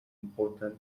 important